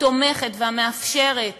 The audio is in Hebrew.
התומכת והמאפשרת